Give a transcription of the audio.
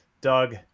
Doug